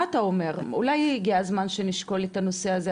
מה אתה אומר, אולי הגיע הזמן שנשקול את הנושא הזה?